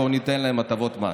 בואו ניתן להם הטבות מס.